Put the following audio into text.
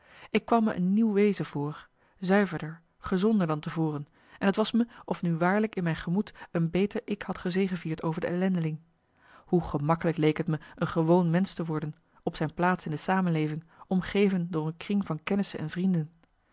ik kwam me een nieuw wezen voor zuiverder gezonder dan te voren en t was me of nu waarlijk in mijn gemoed een beter-ik had gezegevierd over de ellendeling hoe gemakkelijk leek het me een gewoon mensch te worden op zijn plaats in de samenleving omgeven door een kring van kennissen en vrienden